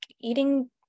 eating